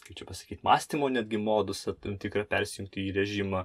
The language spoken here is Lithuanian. kaip čia pasakyt mąstymo netgi modusą tam tikrą persijungti į režimą